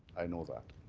i know that.